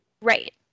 right